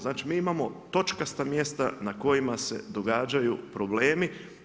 Znači mi imamo točasta mjesta na kojima se događaju problemi.